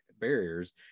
barriers